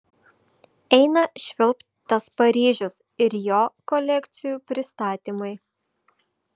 eina švilpt tas paryžius ir jo kolekcijų pristatymai